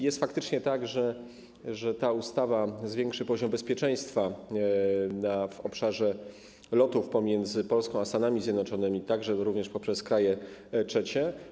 Jest faktycznie tak, że ta ustawa zwiększy poziom bezpieczeństwa w obszarze lotów pomiędzy Polską a Stanami Zjednoczonymi także poprzez kraje trzecie.